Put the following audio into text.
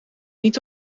niet